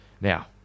Now